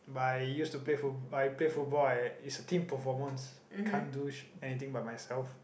but I used to play foot I play football I it's a team performance I can't do shit anything by myself